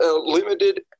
limited